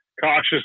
cautious